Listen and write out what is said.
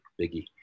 Biggie